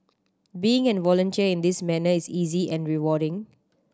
being an volunteer in this manner is easy and rewarding